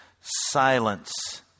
Silence